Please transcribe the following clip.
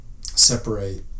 separate